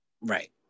right